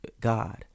God